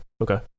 Okay